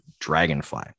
dragonfly